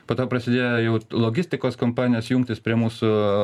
po to jau prasidėjo jau irt logistikos kompanijos jungtis prie mūsų